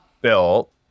built